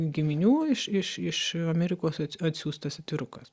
giminių iš iš iš amerikos atsiųstas atvirukas